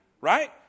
right